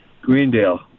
Greendale